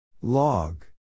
Log